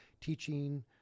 teaching